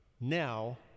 now